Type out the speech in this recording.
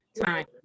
time